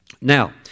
Now